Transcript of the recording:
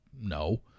No